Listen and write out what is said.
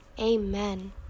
Amen